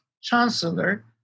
Chancellor